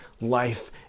life